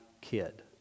kid